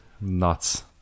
nuts